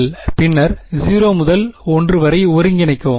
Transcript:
l பின்னர் 0 முதல் l வரை ஒருங்கிணைக்கவும்